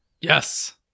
Yes